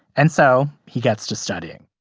and so he gets to studying.